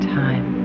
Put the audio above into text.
time